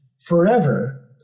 forever